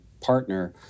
partner